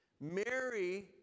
Mary